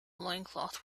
loincloth